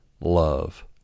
love